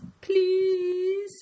please